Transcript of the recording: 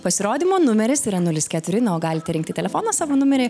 pasirodymo numeris yra nulis keturi na o galite rinkti telefono savo numerį